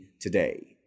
today